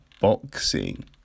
boxing